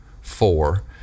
four